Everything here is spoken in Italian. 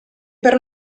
per